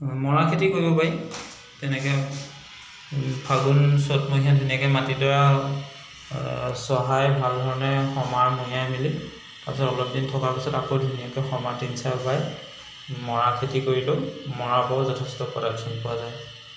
মৰা খেতি কৰিব পাৰি তেনেকে ফাগুন চ'তমহীয়া তেনেকে মাটিডৰা চহাই ভালধৰণে মেলি তাৰ পিছত অলপ দিন থকাৰ পিছত আকৌ ধুনীয়াকে সমান তিন চাহ বোৱাই মৰা খেতি কৰিলেও মৰাৰ বৰ যথেষ্ট প্ৰ'ডাকচন পোৱা যায়